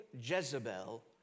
Jezebel